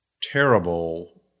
terrible